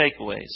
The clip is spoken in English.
takeaways